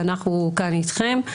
ואנחנו כאן איתכם.